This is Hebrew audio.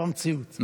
איפה המציאות?